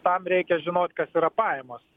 tam reikia žinot kas yra pajamos